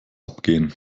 abgehen